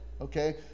okay